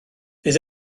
bydd